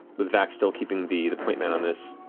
but vax still keeping the the point man on this.